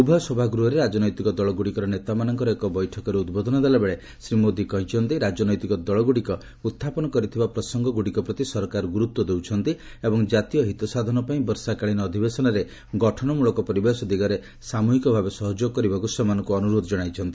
ଉଭୟ ସଭାଗୃହରେ ରାଜନୈତିକ ଦଳଗୁଡ଼ିକର ନେତାମାନଙ୍କର ଏକ ବୈଠକରେ ଉଦ୍ବୋଧନ ଦେଲା ବେଳେ ଶ୍ରୀ ମୋଦି କହିଛନ୍ତି ରାଜନୈତିକ ଦଳଗୁଡ଼ିକ ଉହ୍ରାପନ କରିଥିବା ପ୍ରସଙ୍ଗଗୁଡ଼ିକ ପ୍ରତି ସରକାର ଗୁରୁତ୍ୱ ଦେଉଛନ୍ତି ଏବଂ ଜାତୀୟ ହିତସାଧନ ପାଇଁ ବର୍ଷାକାଳୀନ ଅଧିବେଶନରେ ଗଠନ ମୂଳକ ପରିବେଶ ଦିଗରେ ସାମୁହିକ ଭାବେ ସହଯୋଗ କରିବାକୁ ସେମାନଙ୍କୁ ଅନୁରୋଧ ଜଣାଇଛନ୍ତି